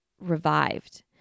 revived